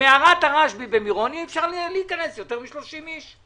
במערת הרשב"י במירון לא יכולים להיכנס יותר מ-30 אנשים,